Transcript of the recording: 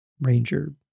ranger